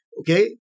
Okay